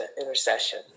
intercession